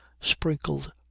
sprinkled